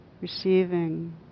receiving